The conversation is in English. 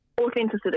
Authenticity